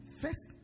First